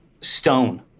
stone